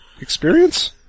Experience